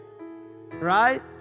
Right